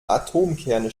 atomkerne